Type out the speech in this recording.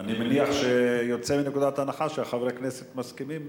אני יוצא מנקודת הנחה שחברי הכנסת מסכימים,